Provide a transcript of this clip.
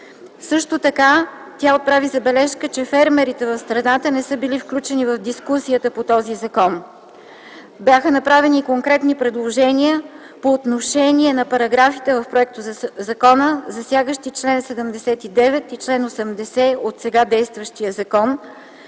природата. Тя отправи забележка, че фермерите в страната не са включени при дискусията по този законопроект. Бяха направени конкретни предложения по отношение на параграфите в законопроекта, засягащи членове 79 и 80 от сега действащия закон,